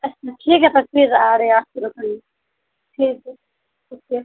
اچھا ٹھیک ہے تو پھر آ رہے ہیں آپ کی دکان میں ٹھیک ہے ٹھیک ہے